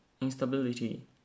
instability